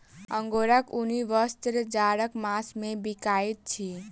अंगोराक ऊनी वस्त्र जाड़क मास मे बिकाइत अछि